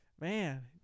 Man